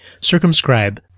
Circumscribe